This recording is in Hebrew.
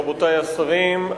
רבותי השרים,